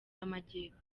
y’amajyepfo